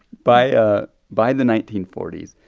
by ah by the nineteen forty s,